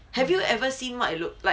have you ever seen what it looked like